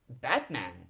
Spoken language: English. Batman